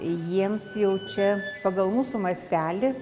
jiems jau čia pagal mūsų mastelį